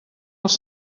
els